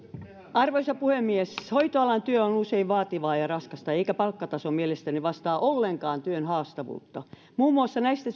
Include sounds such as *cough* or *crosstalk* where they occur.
arvoisa puhemies hoitoalan työ on usein vaativaa ja ja raskasta eikä palkkataso mielestäni vastaa ollenkaan työn haastavuutta muun muassa näistä *unintelligible*